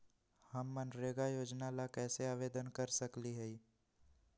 हम मनरेगा योजना ला कैसे आवेदन कर सकली हई?